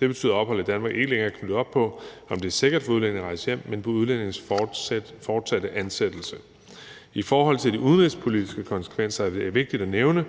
Det betyder, at ophold i Danmark ikke længere er knyttet op på, om det er sikkert for udlændingen at rejse hjem, men på udlændingens fortsatte ansættelse. I forhold til de udenrigspolitiske konsekvenser er det vigtigt at nævne,